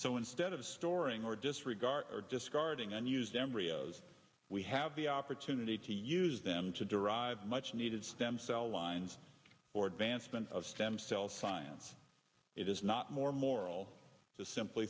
so instead of storing or disregard or discarding unused embryos we have the opportunity to use them to derive much needed stem cell lines or advancement of stem cell science it is not more moral to simply